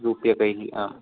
रूप्यकैः आं